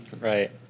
Right